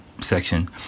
section